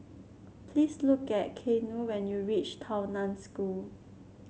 please look at Keanu when you reach Tao Nan School